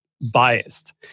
biased